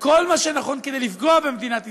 וכל מה שנכון כדי לפגוע במדינת ישראל,